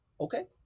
Okay